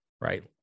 right